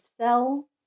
sell